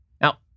Now